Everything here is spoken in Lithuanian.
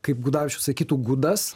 kaip gudavičius sakytų gudas